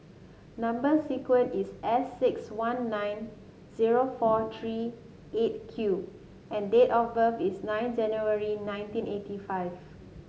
number sequence is S six one nine zero four three Eight Q and date of birth is nine January nineteen eighty five